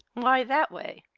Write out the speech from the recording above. why that way?